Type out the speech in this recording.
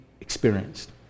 experienced